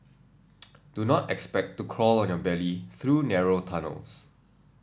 do not expect to crawl on your belly through narrow tunnels